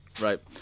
Right